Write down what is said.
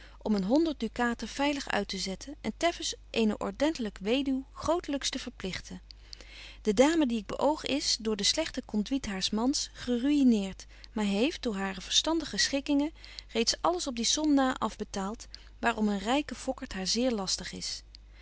om een honderd ducaten veilig uittezetten en teffens eene ordentelyke weduw grotelyks te verpligten de dame die ik beöog is door de slegte conduite haars mans geruineert maar heeft door hare verstandige schikkingen reeds alles op die som na afbetaalt waar om een ryke fokkert haar zeer lastig is